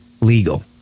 legal